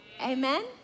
Amen